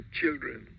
children